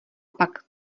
pak